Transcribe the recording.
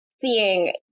seeing